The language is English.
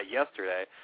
yesterday